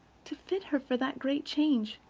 to fit her for that great change,